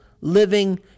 living